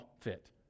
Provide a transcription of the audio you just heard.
fit